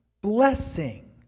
blessing